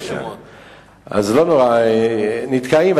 אז לא נורא, נתקעים.